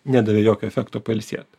nedavė jokio efekto pailsėt